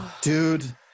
dude